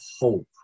hope